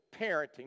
parenting